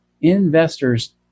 Investors